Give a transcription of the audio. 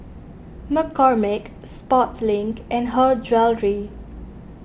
McCormick Sportslink and Her Jewellery